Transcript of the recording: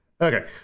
Okay